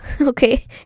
okay